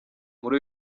muri